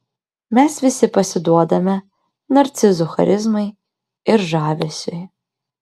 mes visi pasiduodame narcizų charizmai ir žavesiui